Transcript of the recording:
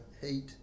heat